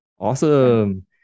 Awesome